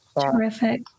terrific